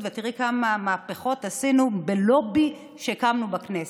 ואת תראי כמה מהפכות עשינו בלובי שהקמנו בכנסת.